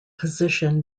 position